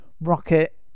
Rocket